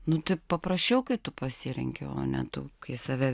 nu tai paprašiau kai tu pasirenki o ne tu save